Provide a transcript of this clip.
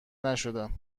نشدم